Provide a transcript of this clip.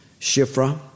Shifra